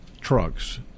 trucks